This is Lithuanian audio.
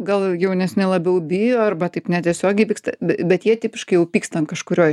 gal jaunesni labiau bijo arba taip netiesiogiai pyksta bet jie tipiškai jau pyksta ant kažkurio